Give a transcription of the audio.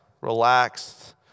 relaxed